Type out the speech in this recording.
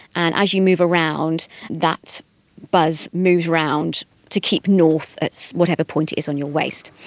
and as you move around that buzz moves around to keep north at whatever point it is on your waist.